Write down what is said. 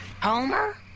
Homer